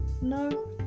No